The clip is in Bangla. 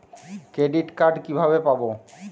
ক্রেডিট কার্ড কিভাবে পাব?